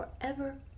forever